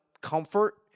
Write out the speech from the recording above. comfort